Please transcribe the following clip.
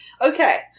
Okay